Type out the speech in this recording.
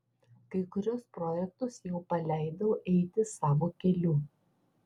kai kuriuos projektus jau paleidau eiti savo keliu